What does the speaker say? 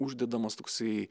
uždedamas toksai